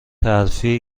ترفیع